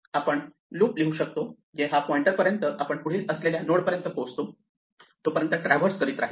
आपण लूप लिहू शकतो जे हा पॉइंटर जोपर्यंत आपण पुढील असलेल्या नोड पर्यंत पोहोचतो तोपर्यंत ट्रॅव्हर्स करत राहील